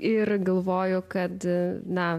ir galvoju kad na